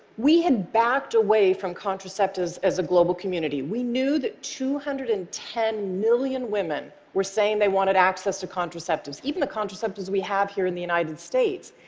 we had backed away from contraceptives as a global community. we knew that two hundred and ten million women were saying they wanted access to contraceptives, even the contraceptives we have here in the united states,